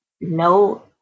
no